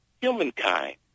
humankind